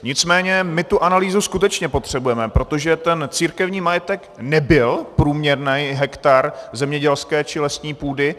Nicméně my tu analýzu skutečně potřebujeme, protože ten církevní majetek nebyl průměrný hektar zemědělské či lesní půdy.